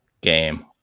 game